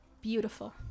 beautiful